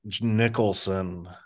Nicholson